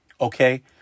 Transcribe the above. Okay